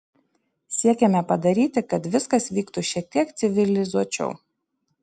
siekiame padaryti kad viskas vyktų šiek tiek civilizuočiau